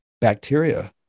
bacteria